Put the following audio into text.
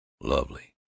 Lovely